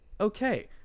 okay